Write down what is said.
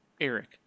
Eric